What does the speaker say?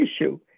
issue